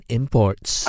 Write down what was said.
imports